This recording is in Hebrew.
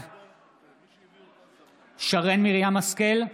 בעד שרן מרים השכל,